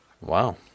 Wow